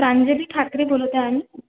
प्रांजली ठाकरे बोलत आहे